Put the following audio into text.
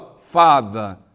father